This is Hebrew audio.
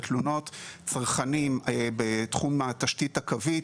את התלונות הצרכניות בתחום התשתית הקווית,